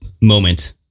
moment